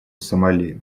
сомали